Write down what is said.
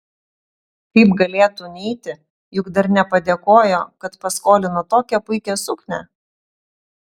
kaip galėtų neiti juk dar nepadėkojo kad paskolino tokią puikią suknią